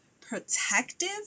protective